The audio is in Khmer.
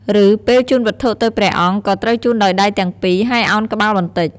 ឬពេលជូនវត្ថុទៅព្រះអង្គ ក៏ត្រូវជូនដោយដៃទាំងពីរ ហើយឱនក្បាលបន្តិច។